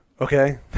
okay